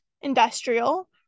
Industrial